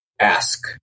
ask